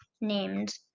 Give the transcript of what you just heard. named